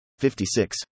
56